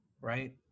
right